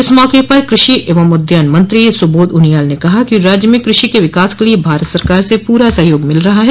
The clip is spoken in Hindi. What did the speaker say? इस मौके पर कृषि एंव उद्यान मंत्री सुबोध उनियाल ने कहा कि रोज्य में कृषि के विकास के लिए भारत सरकार से पूरा सहयोग मिल रहा है